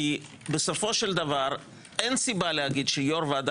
כי בסופו של דבר אין סיבה לומר שיו"ר ועדה